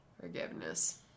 forgiveness